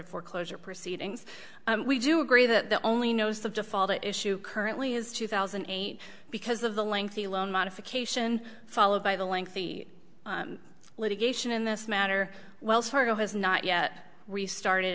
of foreclosure proceedings we do agree that the only knows the default issue currently is two thousand and eight because of the lengthy loan modification followed by the lengthy litigation in this matter wells fargo has not yet restarted